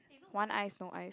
want ice no ice